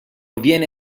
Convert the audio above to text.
viene